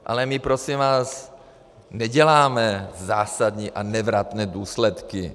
Ale my prosím vás neděláme zásadní a nevratné důsledky.